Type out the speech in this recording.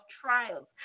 trials